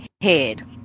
head